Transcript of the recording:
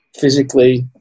physically